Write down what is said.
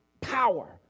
power